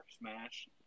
smash